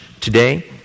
today